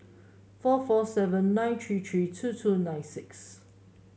four four seven nine three three two two nine six